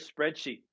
spreadsheet